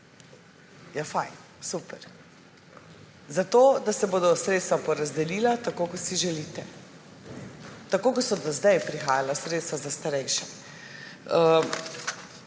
Ja, super, zato da se bodo sredstva porazdelila tako, kot si želite. Tako kot so do sedaj prihajala sredstva za starejše.